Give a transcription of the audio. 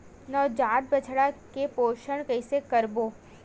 नवजात बछड़ा के पोषण कइसे करबो?